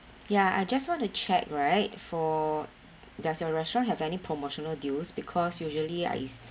ya I just want to check right for does your restaurant have any promotional deals because usually I s~